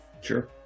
Sure